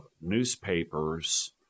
newspapers